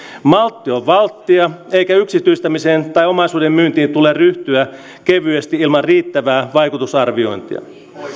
maltti on valttia eikä yksityistämiseen tai omaisuuden myyntiin tule ryhtyä kevyesti ilman riittävää vaikutusarviointia